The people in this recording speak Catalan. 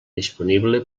disponible